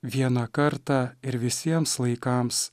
vieną kartą ir visiems laikams